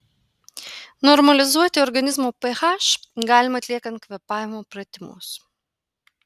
normalizuoti organizmo ph galima atliekant kvėpavimo pratimus